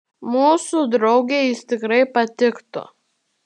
mūsų draugei jis tikrai patiktų